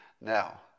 Now